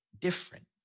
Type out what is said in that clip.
different